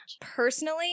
personally